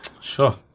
Sure